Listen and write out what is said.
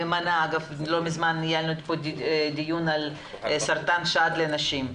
אגב לא מזמן קיימנו כאן דיון על סרטן השד אצל נשים.